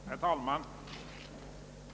Herr talman!